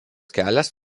kelias